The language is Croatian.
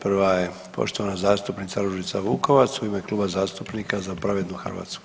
Prva je poštovana zastupnica Ružica Vukovac u ime Kluba zastupnika Za pravednu Hrvatsku.